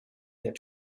their